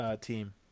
team